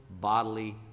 bodily